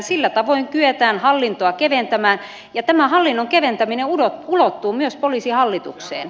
sillä tavoin kyetään hallintoa keventämään ja tämä hallinnon keventäminen ulottuu myös poliisihallitukseen